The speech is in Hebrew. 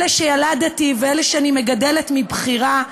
אלה שילדתי ואלה שאני מגדלת מבחירה,